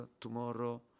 tomorrow